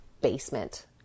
basement